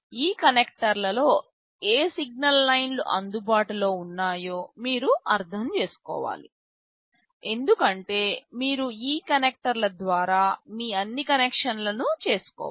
ఈ కనెక్టర్లలో ఏ సిగ్నల్ లైన్లు అందుబాటులో ఉన్నాయో మీరు అర్థం చేసుకోవాలి ఎందుకంటే మీరు ఈ కనెక్టర్ల ద్వారా మీ అన్ని కనెక్షన్లను చేసుకోవాలి